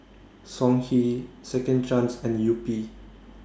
Songhe Second Chance and Yupi